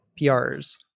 PRs